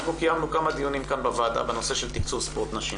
אנחנו קיימנו כמה דיוני כאן בוועדה בנושא של תקצוב ספורט נשים.